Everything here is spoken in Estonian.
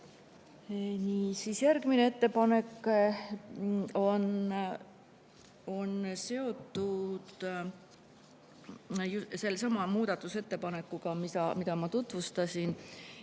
Järgmine ettepanek on seotud sellesama muudatusettepanekuga, mida ma juba tutvustasin.